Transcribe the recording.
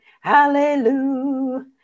hallelujah